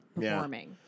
performing